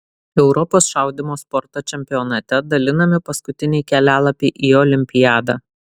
europos šaudymo sporto čempionate dalinami paskutiniai kelialapiai į olimpiadą